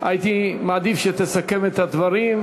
אדוני, הייתי מעדיף שתסכם את הדברים.